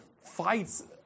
fights